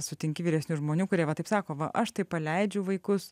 sutinki vyresnių žmonių kurie va taip sako va aš tai paleidžiu vaikus